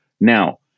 Now